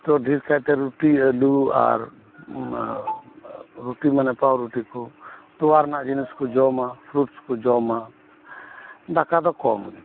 ᱛᱚ ᱰᱷᱮᱨ ᱠᱟᱭᱛᱮ ᱨᱩᱴᱤ ᱟᱹᱞᱩ ᱟᱨ ᱨᱩᱴᱤ ᱢᱟᱱᱮ ᱯᱟᱣᱨᱩᱴᱤᱠᱩ ᱛᱚᱣᱟ ᱨᱮᱱᱟᱜ ᱡᱤᱱᱤᱥᱠᱩ ᱡᱚᱢᱟ ᱯᱷᱨᱩᱴᱥᱠᱩ ᱡᱚᱢᱟ ᱫᱟᱠᱟ ᱫᱚ ᱠᱚᱢ ᱜᱤ